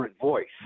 voice